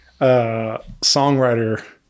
songwriter